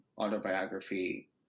autobiography